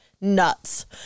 nuts